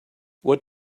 what